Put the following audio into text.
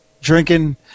drinking